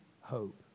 hope